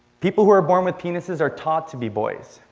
people who are born with penises are taught to be boys.